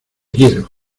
quiero